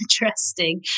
interesting